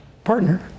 Partner